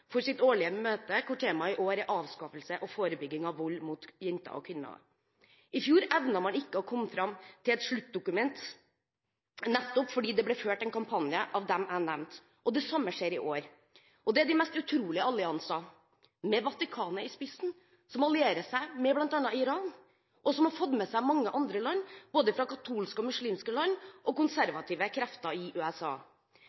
for sitt årlige møte, hvor temaet i år er avskaffelse og forebygging av vold mot jenter og kvinner. I fjor evnet man ikke å komme fram til et sluttdokument, nettopp fordi det ble ført en kampanje av dem jeg nevnte, og det samme skjer i år. Det er de mest utrolige alliansene, med Vatikanet i spissen, som allierer seg med bl.a. Iran, og som har fått med seg mange andre land, både katolske og muslimske land, og